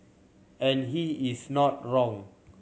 and he is not wrong